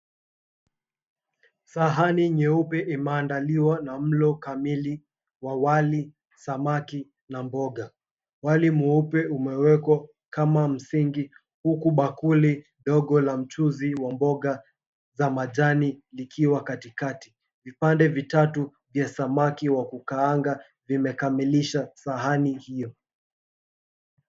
Sahani nyeupe imeandaliwa na mlo kamili wa wali, samaki na mboga. Wali mweupe umewekwa kama msingi, huku bakuli dogo la mchuzi wa mboga za majani likiwa katikati. Vipande vitatu vya samaki wa kukaanga vimekamilisha sahani hiyo.